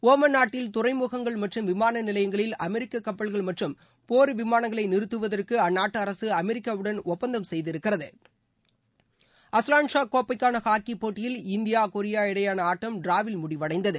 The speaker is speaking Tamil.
ஒமன் நாட்டில் துறைமுகங்கள் மற்றும் விமான நிலையங்களில் அமெரிக்க கப்பல்கள் மற்றும் போர் விமானங்களை நிறுத்துவதற்கு அந்நாட்டு அரசு அமெரிக்காவுடன் ஒப்பந்தம் செய்திருக்கிறது அஸ்லான் ஷா கோப்பைக்கான ஹாக்கிப்போட்டியில் இந்தியா கொரியா இடையேயான ஆட்டம் டிராவில் முடிவடைந்தது